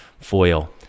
foil